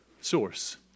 source